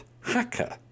hacker